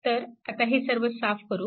तर आता हे सर्व साफ करू